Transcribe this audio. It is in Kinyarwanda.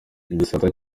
igisata